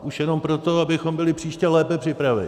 Už jenom proto, abychom byli příště lépe připraveni.